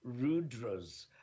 rudras